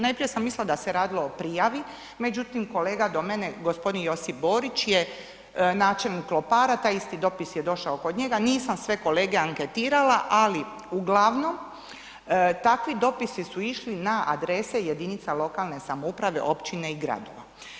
Najprije sam mislila da se radilo o prijavi, međutim kolega do mene gospodin Josip Borić je načelnik Lopara, taj isti dopis je došao kod njega, nisam sve kolege anketirala, ali uglavnom takvi dopisi su išli na adrese jedinica lokalne samouprave općina i gradova.